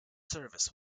service